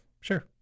sure